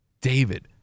David